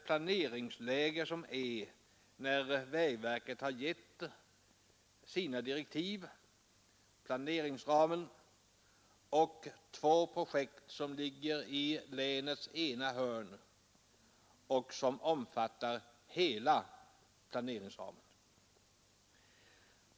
Planeringsramen som vägverket har givit direktiv om omfattar alltså två projekt som ligger i länets ena hörn.